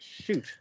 shoot